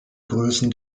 größen